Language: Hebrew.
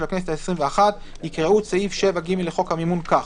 הכנסת העשרים ואחת יקראו את סעיף 7ג לחוק המימון כך: